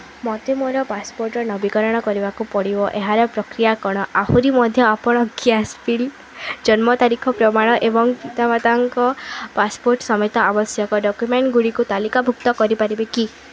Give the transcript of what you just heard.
ମୋତେ ମୋର ପାସପୋର୍ଟ୍ର ନବୀକରଣ କରିବାକୁ ପଡ଼ିବ ଏହାର ପ୍ରକ୍ରିୟା କ'ଣ ଆହୁରି ମଧ୍ୟ ଆପଣ ଗ୍ୟାସ୍ ବିଲ୍ ଜନ୍ମ ତାରିଖର ପ୍ରମାଣ ଏବଂ ପିତାମାତାଙ୍କ ପାସପୋର୍ଟ୍ ସମେତ ଆବଶ୍ୟକ ଡକ୍ୟୁମେଣ୍ଟ୍ଗୁଡ଼ିକୁ ତାଲିକାଭୁକ୍ତ କରିପାରିବେ କି